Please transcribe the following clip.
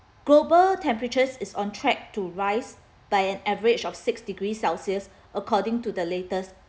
global temperatures is on track to rise by an average of six degrees celsius according to the latest